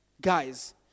guys